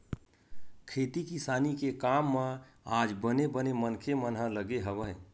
खेती किसानी के काम म आज बने बने मनखे मन ह लगे हवय